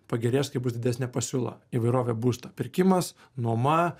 pagerės kai bus didesnė pasiūla įvairovė būsto pirkimas nuoma